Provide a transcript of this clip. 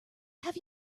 have